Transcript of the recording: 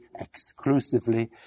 exclusively